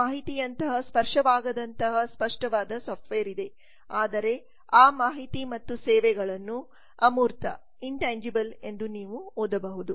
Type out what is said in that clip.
ಮಾಹಿತಿಯಂತಹ ಸ್ಪರ್ಶವಾಗದಂತಹ ಸ್ಪಷ್ಟವಾದ ಸಾಫ್ಟ್ವೇರ್ ಇದೆ ಆದರೆ ಆ ಮಾಹಿತಿ ಮತ್ತು ಸೇವೆಗಳನ್ನು ಅಮೂರ್ತ ಎಂದು ನೀವು ಓದಬಹುದು